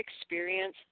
experience